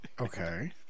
okay